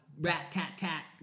rat-tat-tat